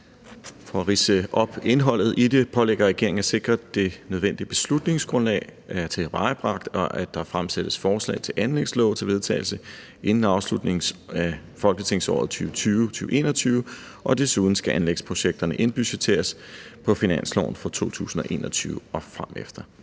for at ridse indholdet i det op pålægger regeringen at sikre, at det nødvendige beslutningsgrundlag er tilvejebragt, og at der fremsættes forslag til anlægslove til vedtagelse inden afslutningen af folketingsåret 2020-21. Desuden skal anlægsprojekterne indbudgetteres i finansloven for 2021 og fremefter.